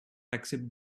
accept